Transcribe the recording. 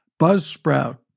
Buzzsprout